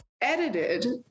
edited